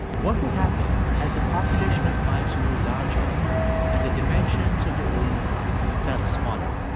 what would happen as the population of mice grew larger and the dimensions of the room felt smaller?